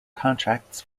contracts